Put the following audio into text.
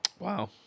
Wow